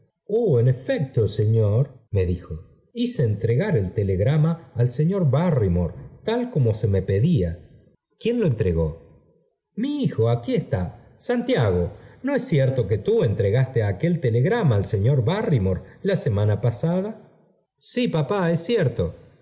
legrama en efecto señor me dijo hice entregar el ív telegrama al señor barrymore tal como se me pedía quién lo entregó mi hijo aquí está santiago no es cierto que tú entregaste aquel telegrama al señor barrymore í la semana pasada sí papá es cierto